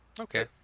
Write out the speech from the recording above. Okay